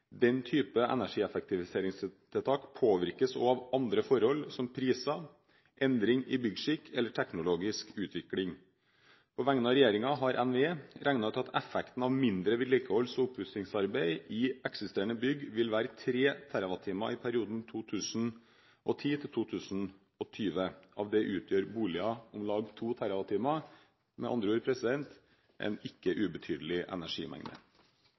Den type energieffektiviseringstiltak påvirkes også av andre forhold, slik som priser, endring i byggeskikk eller teknologisk utvikling. På vegne av regjeringen har NVE regnet ut at effekten av mindre vedlikeholds- og oppussingsarbeid i eksisterende bygg vil være 3 TWh i perioden 2010–2020. Av dette utgjør boliger om lag 2 TWh – med andre ord en ikke ubetydelig energimengde.